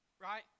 Right